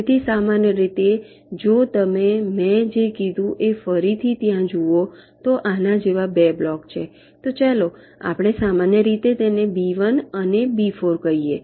તેથી સામાન્ય રીતે જો તમે મેં જે કીધું એ ફરીથી ત્યાં જુઓ તો આના જેવા બે બ્લોક્સ છે તો ચાલો આપણે સામાન્ય રીતે તેને બી 1 અને બી 4 કહીએ